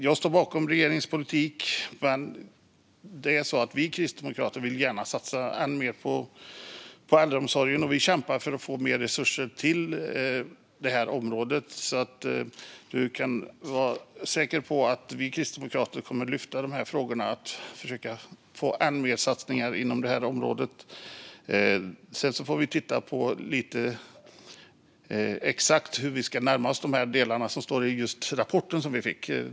Jag står bakom regeringens politik, men vi kristdemokrater vill gärna satsa ännu mer på äldreomsorgen och kämpar för att få mer resurser till det här området. Ledamoten kan alltså vara säker på att vi kristdemokrater kommer att lyfta fram de här frågorna och försöka få till ännu fler satsningar inom området. Sedan får vi titta på exakt hur vi ska närma oss delarna som det står om i rapporten som vi fick.